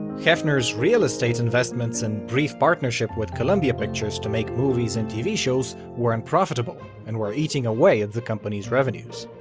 hefner's real estate investments and brief partnership with columbia pictures to make movies and tv shows were unprofitable and were eating away at the company's revenues.